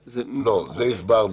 לא, זה הסברנו.